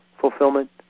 fulfillment